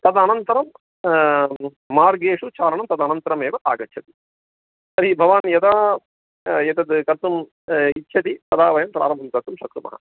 तदनन्तरं मार्गेषु चारणं तदनन्तरमेव आगच्छति तर्हि भवान् यदा एतत् कर्तुम् इच्छति तदा वयं प्रारम्भं कर्तुं शक्नुमः